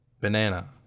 Banana